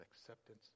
acceptance